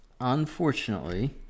unfortunately